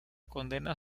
condena